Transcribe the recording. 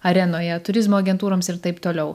arenoje turizmo agentūroms ir taip toliau